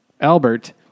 Albert